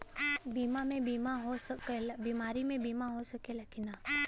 बीमारी मे बीमा हो सकेला कि ना?